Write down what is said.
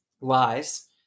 lies